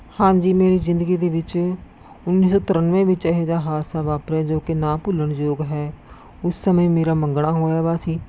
ਹਾਂਜੀ ਮੇਰੀ ਜ਼ਿੰਦਗੀ ਦੇ ਵਿੱਚ ਉੱਨੀ ਸੌ ਤ੍ਰਿਆਨਵੇਂ ਵਿੱਚ ਇਹੋ ਜਿਹਾ ਹਾਦਸਾ ਵਾਪਰਿਆ ਜੋ ਕਿ ਨਾ ਭੁੱਲਣਯੋਗ ਹੈ ਉਸ ਸਮੇਂ ਮੇਰਾ ਮੰਗਣਾ ਹੋਇਆ ਵਾ ਸੀ